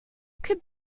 could